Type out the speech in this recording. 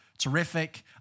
terrific